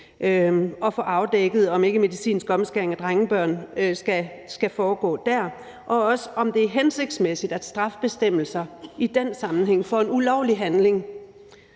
af spørgsmål om ikkemedicinsk omskæring af drengebørn skal foregå der, og også, om det er hensigtsmæssigt, at straffebestemmelser for en ulovlig handling